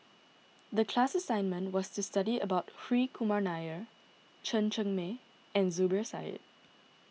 the class assignment was to study about Hri Kumar Nair Chen Cheng Mei and Zubir Said